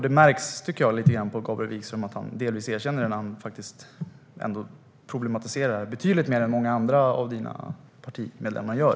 Det märks lite grann, tycker jag, på Gabriel Wikström att han delvis erkänner det när han problematiserar det här betydligt mer än många andra av Socialdemokraternas partimedlemmar.